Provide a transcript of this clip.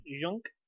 junk